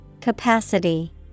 Capacity